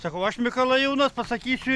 sakau aš mikalajūnas pasakysiu